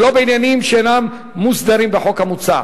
ולא בעניינים שאינם מוסדרים בחוק המוצע,